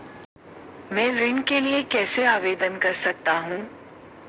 मैं ऋण के लिए कैसे आवेदन कर सकता हूं?